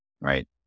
right